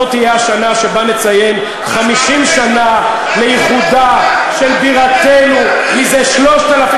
זאת תהיה השנה שבה נציין 50 שנה לאיחודה של בירתנו זה 3,000,